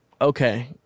Okay